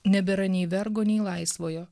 nebėra nei vergo nei laisvojo